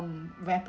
um